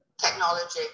technology